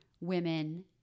women